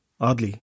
Oddly